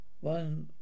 One